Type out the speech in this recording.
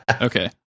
Okay